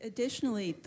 Additionally